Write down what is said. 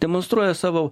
demonstruoja savo